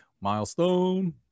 Milestone